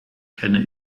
kenne